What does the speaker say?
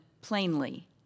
plainly